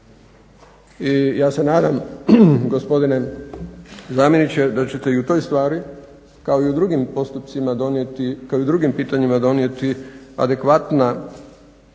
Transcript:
I ja se nadam, gospodine zamjeniče, da ćete i u toj stvari kao i u drugim pitanjima donijeti adekvatna